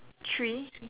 three